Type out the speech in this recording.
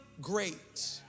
great